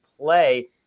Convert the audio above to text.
play